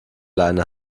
leine